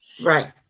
Right